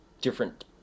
different